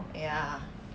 ya